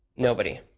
nobody